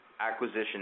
acquisition